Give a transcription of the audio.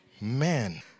Man